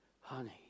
honey